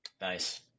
Nice